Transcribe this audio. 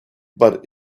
but